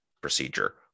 procedure